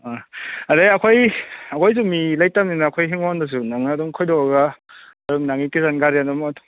ꯑꯥ ꯑꯗꯩ ꯑꯈꯣꯏ ꯑꯩꯈꯣꯏꯁꯨ ꯃꯤ ꯂꯩꯇꯝꯅꯤꯅ ꯑꯩꯈꯣꯏ ꯍꯤꯡꯒꯣꯜꯗꯁꯨ ꯅꯪꯅ ꯑꯗꯨꯝ ꯈꯣꯏꯗꯣꯛꯑꯒ ꯑꯗꯨꯝ ꯅꯪꯒꯤ ꯀꯤꯠꯆꯟ ꯒꯥꯔꯗꯦꯟ ꯑꯃ ꯑꯣꯟꯊꯣꯛ